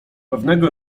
pewnego